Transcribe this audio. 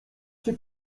czy